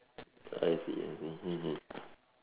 I see I see mmhmm